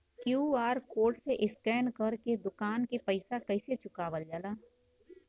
QR code से scan कर के दुकान के पैसा कैसे चुकावल जाला?